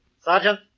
Sergeant